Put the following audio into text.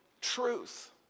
truth